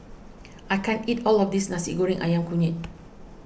I can't eat all of this Nasi Goreng Ayam Kunyit